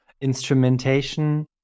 instrumentation